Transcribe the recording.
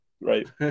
right